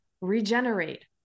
regenerate